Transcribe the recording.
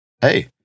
hey